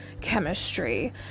chemistry